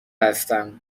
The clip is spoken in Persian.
هستم